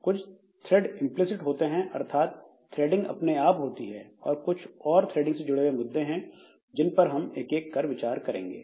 कुछ thread implicit होते हैं अर्थात थ्रेडिंग अपने आप होती है और कुछ और थ्रेडिंग से जुड़े हुए मुद्दे हैं जिन पर हम एक एक कर विचार करेंगे